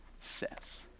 says